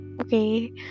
Okay